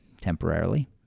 temporarily